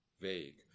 vague